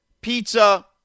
pizza